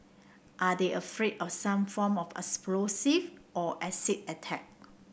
are they afraid of some form of explosive or acid attack